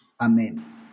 Amen